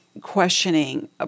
Questioning